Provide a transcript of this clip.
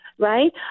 Right